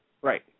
Right